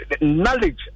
knowledge